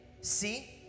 see